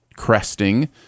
cresting